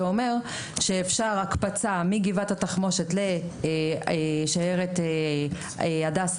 שאומר שאפשר לטייל שם עם הקפצה מגבעת התחמושת לשיירת הדסה,